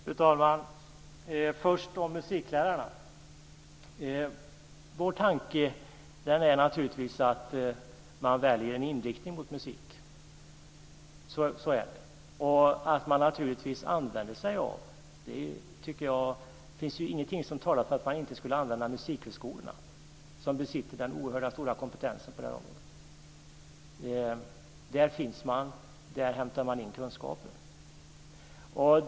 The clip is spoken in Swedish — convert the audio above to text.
Fru talman! Först om musiklärarna: Vår tanke är naturligtvis att man ska välja en inriktning mot musik och att man ska använda sig av musikhögskolorna. Det finns ju ingenting som talar för att man inte ska använda musikhögskolorna, som besitter den oerhörda kompetensen på området. Där hämtar man in kunskaperna.